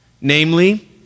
Namely